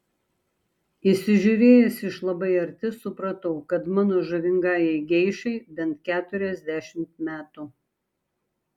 įsižiūrėjęs iš labai arti supratau kad mano žavingajai geišai bent keturiasdešimt metų